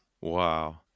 Wow